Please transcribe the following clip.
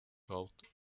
out